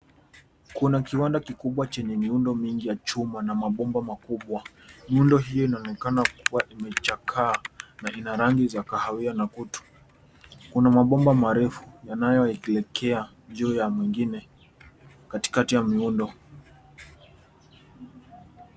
Kuna kiwanda kikubwa chenye miundo mingi ya chuma na mabomba makubwa. Muundo hiyo inaonekana kuwa imechakaa, na ina rangi za kahawia na kutu. Kuna mabomba marefu na yanayoelekea juu ya mengine, katikati ya miundo.